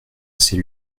c’est